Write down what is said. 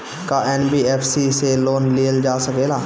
का एन.बी.एफ.सी से लोन लियल जा सकेला?